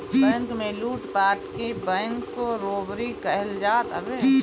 bank में लूटपाट के बैंक रोबरी कहल जात हवे